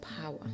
power